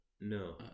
no